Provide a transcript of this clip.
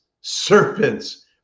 Serpents